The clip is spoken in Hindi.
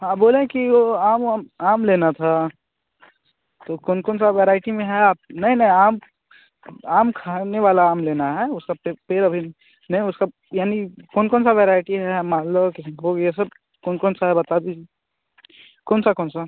हाँ बोले कि वो आम वाम आम लेना था तो कौन कौन सा वेराइटी में है आप नहीं नहीं आम आम खाने वाला आम लेना है वो सब पर पेड़ अभी नहीं वो सब यानि कौन कौन सा वेराइटी है माल दो ये सब कौन कौन सा है बता दीजिए कौन सा कौन सा